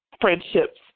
friendships